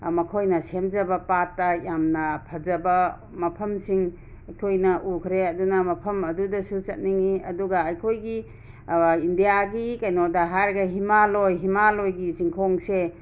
ꯃꯈꯣꯏꯅ ꯁꯦꯝꯖꯕ ꯄꯥꯠꯇ ꯌꯥꯝꯅ ꯐꯖꯕ ꯃꯐꯝꯁꯤꯡ ꯑꯩꯈꯣꯏꯅ ꯎꯈ꯭ꯔꯦ ꯑꯗꯨꯅ ꯃꯐꯝ ꯑꯗꯨꯗꯁꯨ ꯆꯠꯅꯤꯡꯏ ꯑꯗꯨꯒ ꯑꯩꯈꯣꯏꯒꯤ ꯏꯟꯗꯤꯌꯥꯒꯤ ꯀꯩꯅꯣꯗ ꯍꯥꯏꯔꯒ ꯍꯤꯃꯥꯂꯣꯏ ꯍꯤꯃꯥꯂꯣꯏꯒꯤ ꯆꯤꯡꯈꯣꯡꯁꯦ